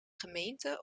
gemeente